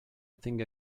think